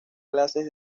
clases